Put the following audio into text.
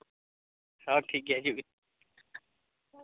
ᱦᱮᱸ ᱴᱷᱤᱠ ᱜᱮᱭᱟ ᱦᱤᱡᱩᱜ ᱵᱤᱱ